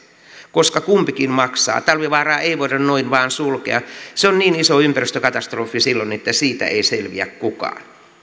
koska kumpikin maksaa talvivaaraa ei voida noin vain sulkea se on niin iso ympäristökatastrofi silloin että siitä ei selviä kukaan